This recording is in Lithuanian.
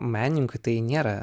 menininkui tai nėra